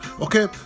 Okay